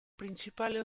principale